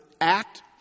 act